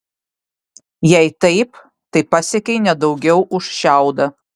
jei taip tai pasiekei ne daugiau už šiaudą